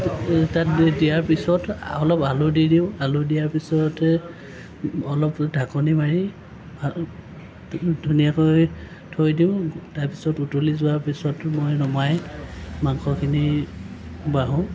তাত দিয়াৰ পাছত অলপ আলু দি দিওঁ আলু দিয়াৰ পিছতে অলপ ঢাকনী মাৰি ভাল ধুনীয়াকৈ থৈ দিওঁ তাৰপিছত উতলি যোৱাৰ পিছত মই নমাই মাংসখিনি বাঢ়োঁ